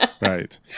Right